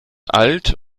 alt